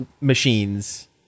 Machines